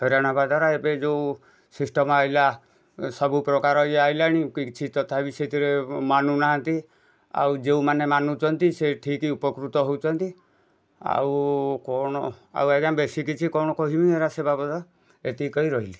ହଇରାଣ ହେବା ଦ୍ବାରା ଏବେ ଇଏ ଯଉ ସିସ୍ଟମ୍ ଆଇଲା ସବୁ ପ୍ରକାର ଇଏ ଆଇଲାଣି କିଛି ତଥାପି ସେଥିରେ ମାନୁନାହାଁନ୍ତି ଆଉ ଯେଉଁମାନେ ମାନୁଛନ୍ତି ସେ ଠିକ୍ ଉପକୃତ ହେଉଛନ୍ତି ଆଉ କଣ ଆଉ ଆଜ୍ଞା ବେଶୀ କିଛି କଣ କହିବି ଏଇନା ସେ ବାବଦ ଏତିକି କହି ରହିଲି